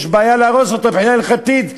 יש בעיה להרוס אותו מבחינה הלכתית,